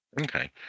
Okay